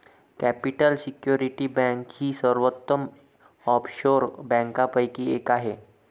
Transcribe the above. capital Security Bank ही सर्वोत्तम offshore बँकांपैकी एक आहे